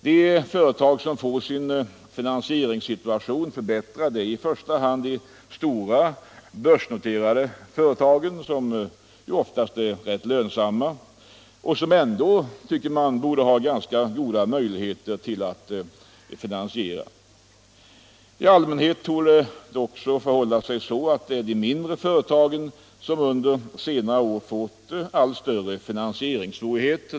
De företag som får sin finansieringssituation förbättrad är i första hand de stora börsnoterade företagen, som ju oftast är rätt lönsamma och som ändå, tycker man, borde ha ganska goda finansieringsmöjligheter. I allmänhet torde det också förhålla sig så att det är de mindre företagen som under senare år fått allt större finansieringssvårigheter.